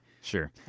Sure